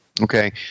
Okay